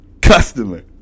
customer